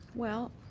well,